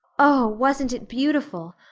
oh, wasn't it beautiful?